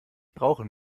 brauchen